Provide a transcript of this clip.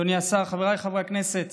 אדוני השר, חבריי חברי הכנסת,